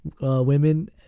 women